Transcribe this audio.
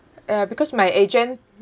ya because my agent